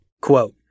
Quote